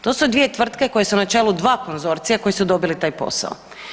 To su dvije tvrtke koje su na čelu dva konzorcija koji su dobili taj posao.